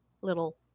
little